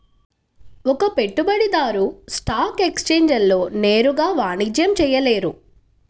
ఒక పెట్టుబడిదారు స్టాక్ ఎక్స్ఛేంజ్లలో నేరుగా వాణిజ్యం చేయలేరు